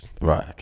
Right